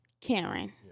Karen